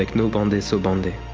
like nobande sobande.